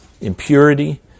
impurity